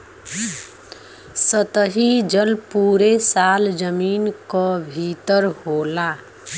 सतही जल पुरे साल जमीन क भितर होला